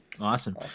Awesome